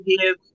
give